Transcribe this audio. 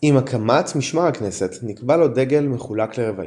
עם הקמת משמר הכנסת נקבע לו דגל מחולק לרבעים.